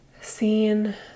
Seen